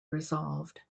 resolved